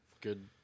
good